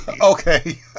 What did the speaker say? Okay